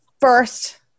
first